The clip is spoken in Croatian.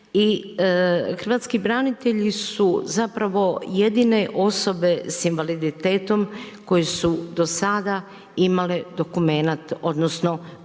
hrvatski branitelji su zapravo jedine osobe s invaliditetom koje su do sada imale dokument, odnosno dokaz